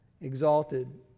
Exalted